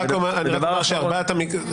אז אני אשמח לפרט.